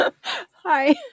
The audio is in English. Hi